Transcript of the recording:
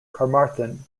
carmarthen